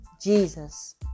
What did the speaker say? Jesus